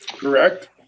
Correct